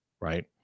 right